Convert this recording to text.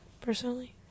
Personally